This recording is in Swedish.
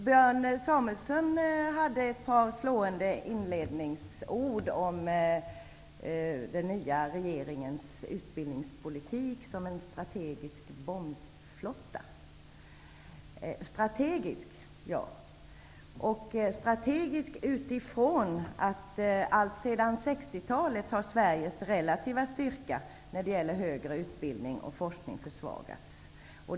Björn Samuelson hade ett par slående inledningsord om den nya regeringens utbildningspolitik som en strategisk bombflotta. Strategisk, ja. Strategisk utifrån att Sveriges relativa styrka när det gäller högre utbildning och forskning alltsedan 60-talet har försvagats.